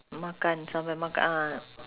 makan sama makan ah